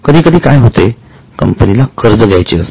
कधीकधी काय होते कंपनीला कर्ज घ्यायचे असते